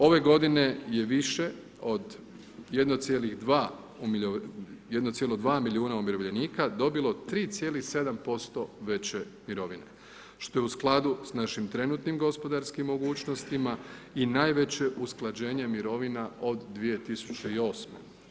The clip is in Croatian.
Ove godine je više od 1,2 milijuna umirovljenika dobilo 3,7% veće mirovine što je u skladu sa našim trenutnim gospodarskim mogućnostima i najveće usklađenje mirovina od 2008.